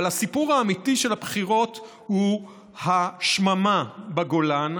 אבל הסיפור האמיתי של הבחירות הוא השממה בגולן.